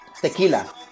Tequila